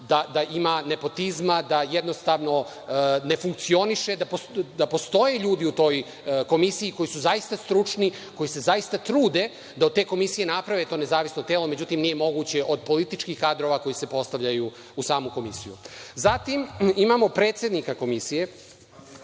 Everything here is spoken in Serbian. da ima nepotizma, da jednostavno ne funkcioniše, da postoje ljudi u toj komisiji koji su zaista stručni, koji se zaista trude da od te komisije naprave to nezavisno telo. Međutim, nije moguće od političkih kadrova koji se postavljaju u samu komisiju. Zatim, imamo predsednika komisije,